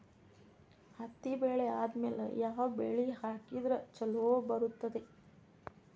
ಹತ್ತಿ ಬೆಳೆ ಆದ್ಮೇಲ ಯಾವ ಬೆಳಿ ಹಾಕಿದ್ರ ಛಲೋ ಬರುತ್ತದೆ?